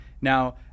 Now